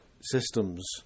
systems